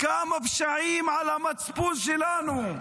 כמה פשעים על המצפון שלנו?